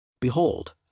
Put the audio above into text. Behold